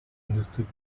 understood